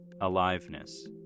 Aliveness